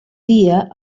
dia